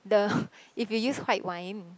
the if you use white wine